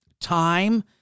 Time